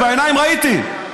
בעיניים ראיתי.